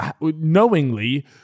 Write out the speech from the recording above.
knowingly